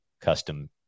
custom